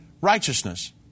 righteousness